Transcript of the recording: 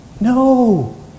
No